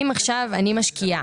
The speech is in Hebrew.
אם עכשיו אני משקיעה